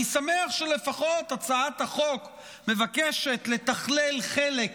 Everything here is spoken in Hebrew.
אני שמח שלפחות הצעת החוק מבקשת לתכלל חלק